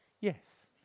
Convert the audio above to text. yes